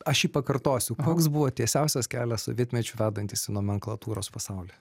aš jį pakartosiu koks buvo tiesiausias kelias sovietmečiu vedantis į nomenklatūros pasaulį